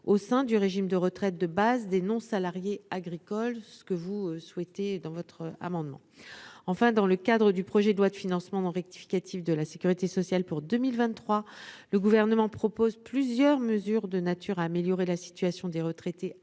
au sein du régime de retraite de base des non-salariés agricoles- ce que souhaitent les auteurs de cet amendement. Enfin, dans le cadre du projet de loi de financement rectificative de la sécurité sociale pour 2023, le Gouvernement propose plusieurs mesures susceptibles d'améliorer la situation des retraités dont